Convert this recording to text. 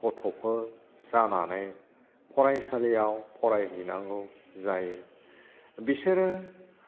गथ'फोर जानानै फरायसालिआव फरायहैनांगौ जायो बिसोरो